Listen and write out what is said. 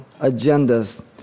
agendas